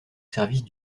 service